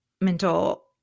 mental